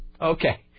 Okay